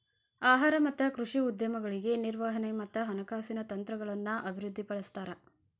ಆಹಾರ ಮತ್ತ ಕೃಷಿ ಉದ್ಯಮಗಳಿಗೆ ನಿರ್ವಹಣೆ ಮತ್ತ ಹಣಕಾಸಿನ ತಂತ್ರಗಳನ್ನ ಅಭಿವೃದ್ಧಿಪಡಿಸ್ತಾರ